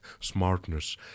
smartness